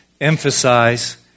emphasize